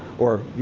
or,